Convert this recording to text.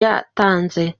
yatanze